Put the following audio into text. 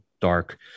dark